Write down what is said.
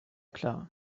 klar